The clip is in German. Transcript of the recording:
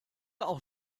auch